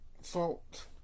fault